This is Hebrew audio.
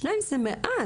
שניים זה מעט,